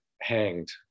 hanged